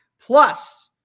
Plus